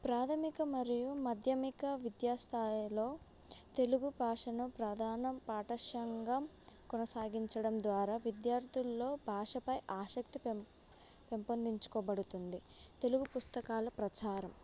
ప్రాథమిక మరియు మాధ్యమిక విద్యాస్థాయిలో తెలుగు భాషను ప్రాధాన పాఠ్యాంశంగా కొనసాగించడం ద్వారా విద్యార్థుల్లో భాషపై ఆసక్తి పెం పెంపొందించుకోబడుతుంది తెలుగు పుస్తకాల ప్రచారం